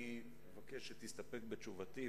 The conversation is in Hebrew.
אני נתקלתי בתחום הזה,